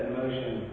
motion